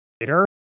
later